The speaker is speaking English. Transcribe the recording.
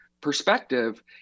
perspective